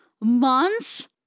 months